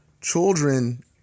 children